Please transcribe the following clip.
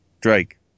Drake